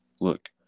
look